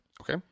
okay